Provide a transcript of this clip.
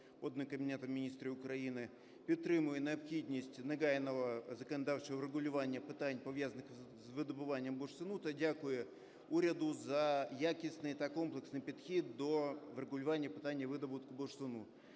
Кабінетом Міністрів України, підтримує необхідність негайного законодавчого врегулювання питань, пов'язаних з видобуванням бурштину, та дякує уряду за якісний та комплексний підхід до врегулювання питання видобутку бурштину.